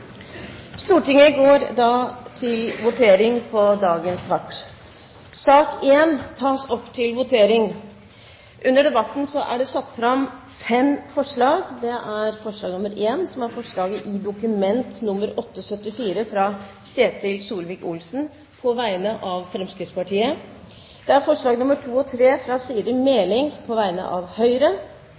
Stortinget går da til votering over sakene nr. 1–8 på dagens kart. Under debatten er det satt fram fem forslag. Det er forslag nr. 1, som er forslaget i Dokument nr. 8:74, fra Ketil Solvik-Olsen på vegne av Fremskrittspartiet forslagene nr. 2 og 3, fra Siri A. Meling på vegne av Høyre